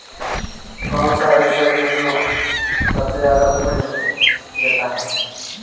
कौन सा ऐसा भी जो सबसे ज्यादा उपज देता है?